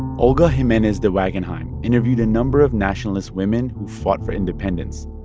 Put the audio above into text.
olga jimenez de wagenheim interviewed a number of nationalist women who fought for independence.